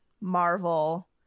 marvel